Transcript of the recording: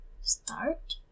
start